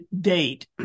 date